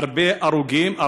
הרבה הרוגים.